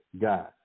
God